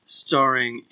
starring